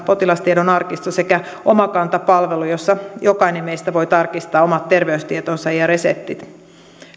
potilastiedon arkisto sekä omakanta palvelu jossa jokainen meistä voi tarkistaa omat terveystietonsa ja reseptit